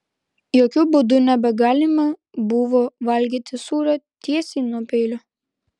jokiu būdu nebegalima buvo valgyti sūrio tiesiai nuo peilio